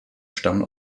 stammen